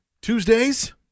Tuesdays